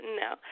no